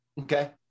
Okay